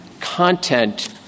content